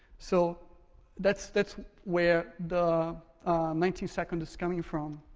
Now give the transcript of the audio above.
so that's that's where the nineteen seconds is coming from.